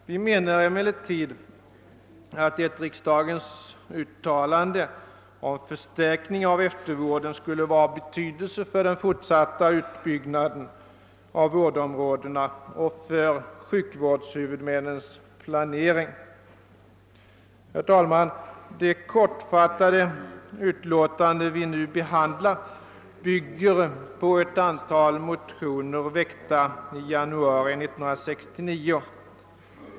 Men vi menar att ett riksdagens uttalande om en förstärkning av eftervården skulle vara av betydelse för den fortsatta utbyggnaden Herr talman! Det kortfattade utlåtande vi nu behandlar bygger på ett antal motioner väckta i januari 1969.